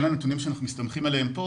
אלה הנתונים שאנחנו מסתמכים עליהם פה